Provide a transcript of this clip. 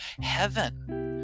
heaven